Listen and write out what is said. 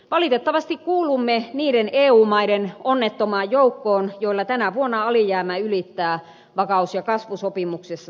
valitettavasti kuulumme niiden eu maiden onnettomaan joukkoon joilla tänä vuonna alijäämä ylittää vakaus ja kasvusopimuksessa sallitun rajan